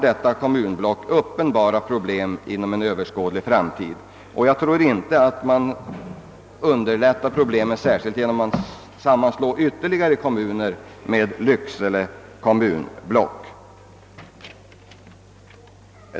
Detta block får mycket uppenbara problem inom en nära framtid, och jag tror inte att man underlättar lösningen av dessa problem genom att sammanslå ytterligare kommuner med Lycksele kommunblock.